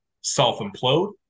Self-implode